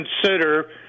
consider